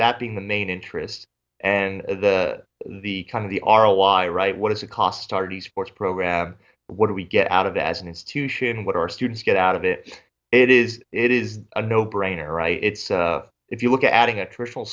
that being the main interest and the the kind of the r a y right what is the cost are the sports program what do we get out of that as an institution what our students get out of it it is it is a no brainer right it's if you look at adding attritional